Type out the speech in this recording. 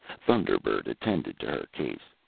thunder-bird attended to her case.